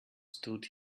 stood